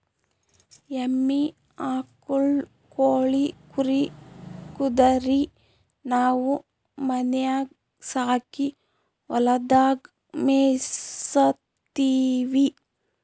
ಎಮ್ಮಿ ಆಕುಳ್ ಕೋಳಿ ಕುರಿ ಕುದರಿ ನಾವು ಮನ್ಯಾಗ್ ಸಾಕಿ ಹೊಲದಾಗ್ ಮೇಯಿಸತ್ತೀವಿ